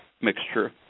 mixture